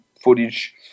footage